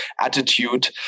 attitude